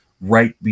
right